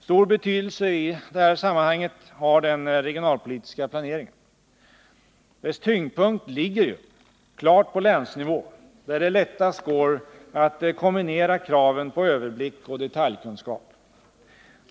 Stor betydelse i det här sammanhanget har den regionalpolitiska planeringen. Dess tyngdpunkt ligger ju klart på länsnivå, där det lättast går att kombinera kraven på överblick och detaljkunskap.